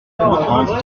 comprend